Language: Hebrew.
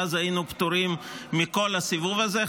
ואז היינו פטורים מכל הסיבוב הזה.